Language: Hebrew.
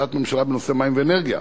החלטת הממשלה בנושא מים ואנרגיה,